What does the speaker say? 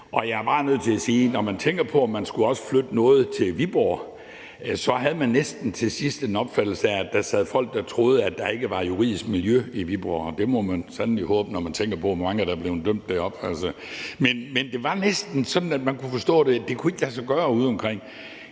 og jeg er bare nødt til at sige, at når man tænker på, at man også skulle flytte noget til Viborg, så havde man næsten til sidst en opfattelse af, at der sad folk, der troede, at der ikke var et juridisk miljø i Viborg. Og det må man sandelig håbe, når man tænker på, hvor mange der er blevet dømt deroppe. Men det var næsten sådan, at man kunne forstå, at det ikke kunne lade sig gøre udeomkring.